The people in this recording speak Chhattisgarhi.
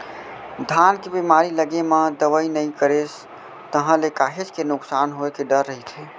धान के बेमारी लगे म दवई नइ करेस ताहले काहेच के नुकसान होय के डर रहिथे